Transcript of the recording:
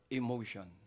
emotion